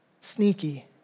sneaky